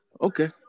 Okay